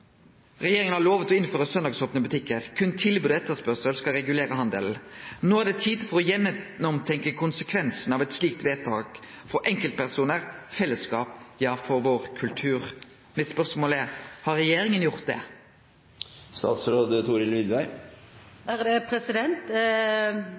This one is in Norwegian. har lovet å innføre søndagsåpne butikker . Kun tilbud og etterspørsel skal regulere handelen. Nå er det tid for å gjennomtenke konsekvensene av et slikt vedtak for enkeltpersoner, fellesskap; ja, for vår kultur.» Mitt spørsmål er: Har regjeringa gjort det?